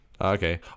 Okay